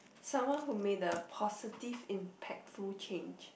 someone who made a positive impactful change